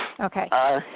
Okay